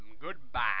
Goodbye